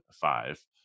five